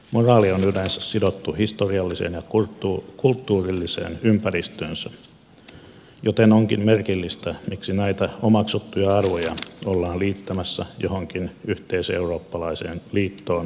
moraali on yleensä sidottu historialliseen ja kulttuurilliseen ympäristöönsä joten onkin merkillistä miksi näitä omaksuttuja arvoja ollaan liittämässä johonkin yhteiseurooppalaiseen liittoon ja talousunioniin